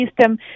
system